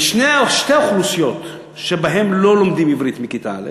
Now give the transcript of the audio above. בשתי האוכלוסיות שבהן לא לומדים עברית מכיתה א',